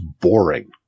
boring